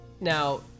Now